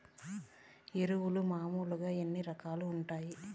ఎరువులు మామూలుగా ఎన్ని రకాలుగా వుంటాయి?